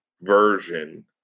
version